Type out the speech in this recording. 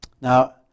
Now